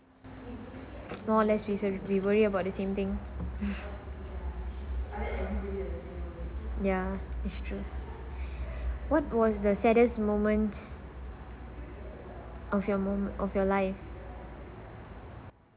more or less reason we worry about the same thing ya it's true what was the saddest moment of your moment of your life